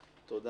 אין.